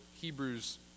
Hebrews